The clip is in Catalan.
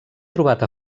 trobat